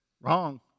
Wrong